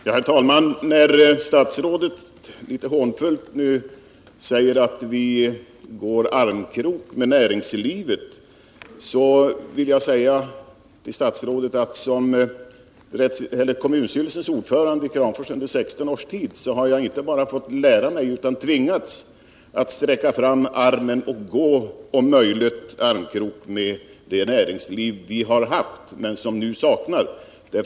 Herr talman! När statsrådet litet hånfullt säger att vi går armkrok med näringslivet vill jag säga till statsrådet att jag som kommunstyrelseordförande i Kramfors under 16 års tid inte bara har fått lära mig utan också har tvingats att sträcka fram armen för att om möjligt gå armkrok med det näringsliv som vi har haft men som vi nu saknar.